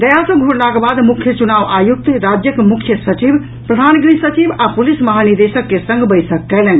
गया सँ घुरलाक बाद मुख्य चुनाव आयुक्त राज्यक मुख्य सचिव प्रधान गृह सचिव आ प्रलिस महानिदेश के संग बैसक कयलनि